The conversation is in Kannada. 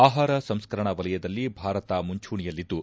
ಆಹಾರ ಸಂಸ್ತರಣಾ ವಲಯದಲ್ಲಿ ಭಾರತ ಮುಂಚೂಣಿಯಲ್ಲಿದ್ದು